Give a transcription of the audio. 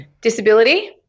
disability